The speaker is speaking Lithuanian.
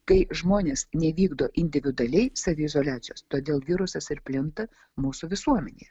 kai žmonės nevykdo individualiai saviizoliacijos todėl virusas ir plinta mūsų visuomenėje